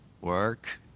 Work